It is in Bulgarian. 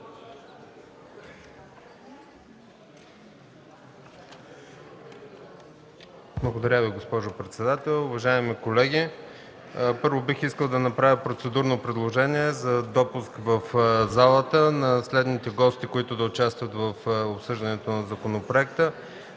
Благодаря Ви, госпожо председател. Уважаеми колеги, първо бих искал да направя процедурно предложение за допуск в залата на следните гости, които да участват в обсъждането на законопроекта.